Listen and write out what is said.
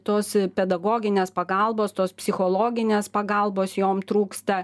tos pedagoginės pagalbos tos psichologinės pagalbos jom trūksta